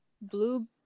Blue